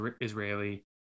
israeli